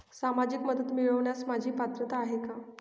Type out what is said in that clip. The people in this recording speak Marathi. सामाजिक मदत मिळवण्यास माझी पात्रता आहे का?